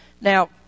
Now